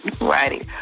Righty